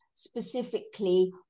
specifically